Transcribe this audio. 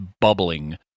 bubbling